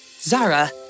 Zara